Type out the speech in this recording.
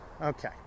Okay